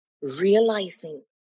realizing